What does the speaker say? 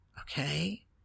Okay